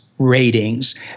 Ratings